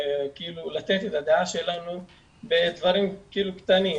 לתת את הדעה שלנו בדברים קטנים.